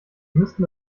müssten